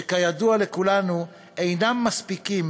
שכידוע לכולנו אינם מספיקים,